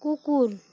কুকুর